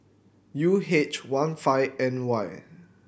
U H one five N Y